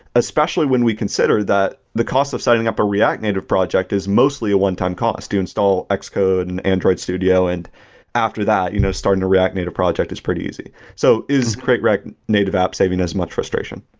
especially when we consider that the cost of signing up a react native project is mostly a one-time cost to install xcode and android studio? and after that, you know starting a react native project is pretty easy. so is create react native app saving us much frustration?